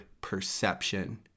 perception